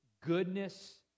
goodness